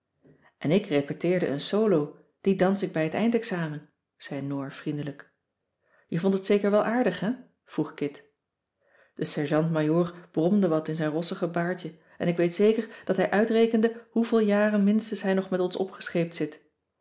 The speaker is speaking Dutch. en ik repeteerde een solo die dans ik bij t eindexamen zei noor vriendelijk je vondt het zeker wel aardig hè vroeg kit de sergeant-majoor bromde wat in zijn rossige baardje en ik weet zeker dat hij uitrekende hoeveel jaren minstens hij nog met ons opgescheept zit